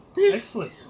excellent